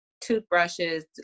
toothbrushes